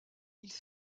ils